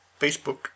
Facebook